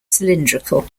cylindrical